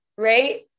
Right